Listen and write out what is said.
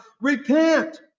Repent